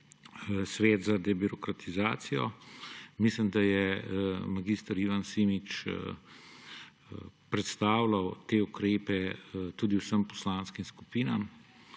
Svet za debirokratizacijo. Mislim, da je mag. Ivan Simič predstavljal te ukrepe tudi vsem poslanskim skupinam.